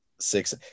six